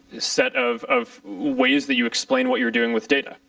set of of ways that you explain what you are doing with data.